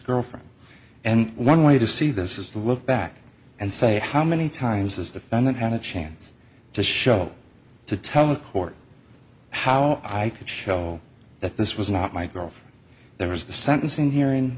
girlfriend and one way to see this is the look back and say how many times this defendant had a chance to show to tell the court how i could show that this was not my girlfriend there was the sentencing hearing